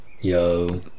Yo